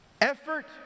effort